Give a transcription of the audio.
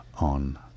on